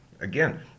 again